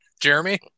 Jeremy